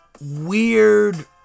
weird